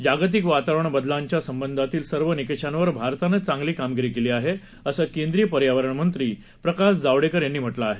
जागतिक वातावरण बदलांच्यासंबंधातील सर्व निकषांवर भारतानं चांगली कामगिरी केली आहे असं केंद्रीय पर्यावरणमंत्री प्रकाश जावडेकर यांनी म्हांक्रि आहे